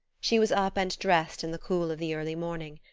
she was up and dressed in the cool of the early morning.